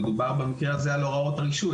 מדובר במקרה הזה על הוראות הרישוי.